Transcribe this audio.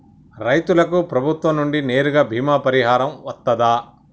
రైతులకు ప్రభుత్వం నుండి నేరుగా బీమా పరిహారం వత్తదా?